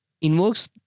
invokes